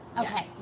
Okay